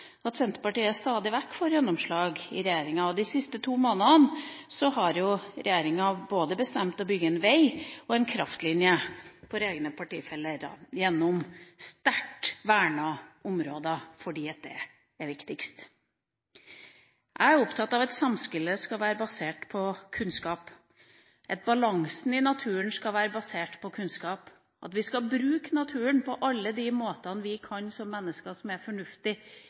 at Senterpartiet stadig vekk får gjennomslag i regjeringa, og de siste to månedene har regjeringa bestemt å bygge både en vei og en kraftlinje for egne partifeller gjennom sterkt vernede områder, fordi det er viktigst. Jeg er opptatt av at samspillet skal være basert på kunnskap, at balansen i naturen skal være basert på kunnskap, at vi skal bruke naturen på alle de måtene vi kan som er fornuftige mennesker i forhold til naturens balanse. Men vi er